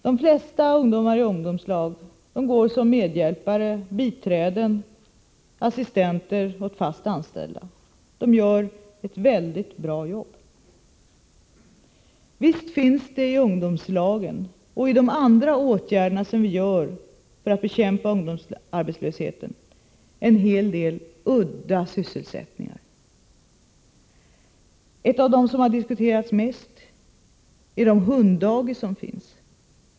De flesta ungdomar i ungdomslag går som medhjälpare, biträden och assistenter åt fast anställda, och de gör ett mycket bra jobb. Visst finns det i ungdomslagen och i de andra åtgärderna som vi vidtar för att bekämpa ungdomsarbetslösheten en hel del udda sysselsättningar. En av de saker som har diskuterats mest är hund-dagis.